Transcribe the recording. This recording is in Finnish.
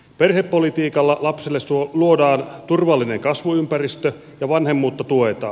perhepolitiikalla lapselle luodaan turvallinen kasvuympäristö ja vanhemmuutta tuetaan